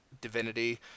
divinity